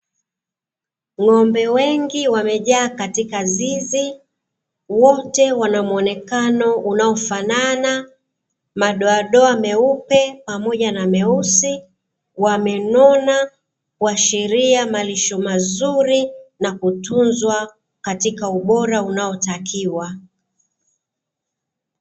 Ng'ombe wengi wamejaa katika zizi, wote wana muonekano unaofanana, madoadoa meupe pamoja na meusi, wamenona kuashiria malisho mazuri na kutunzwa katika ubora unaotakiwa.